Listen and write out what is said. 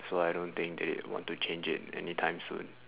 so I don't think they want to change it anytime soon